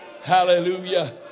Hallelujah